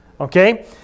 okay